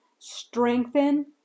Strengthen